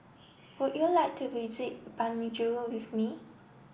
would you like to visit Banjul with me